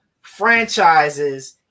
franchises